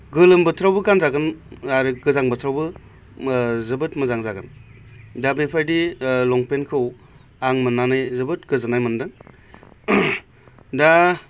गोलोम बोथोरावबो गानजागोन आरो गोजां बोथोरावबो जोबोद मोजां जागोन दा बेफोबायदि लंपेन्टखौ आं मोन्नानै जोबोद गोजोन्नाय मोनदों दा